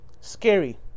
Scary